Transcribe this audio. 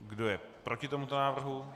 Kdo je proti tomuto návrhu?